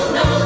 no